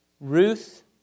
Ruth